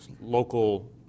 local